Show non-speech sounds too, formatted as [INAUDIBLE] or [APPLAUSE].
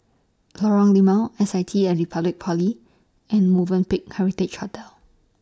[NOISE] Lorong Limau S I T At Republic Poly and Movenpick Heritage Hotel